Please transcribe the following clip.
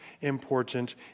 important